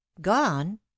Gone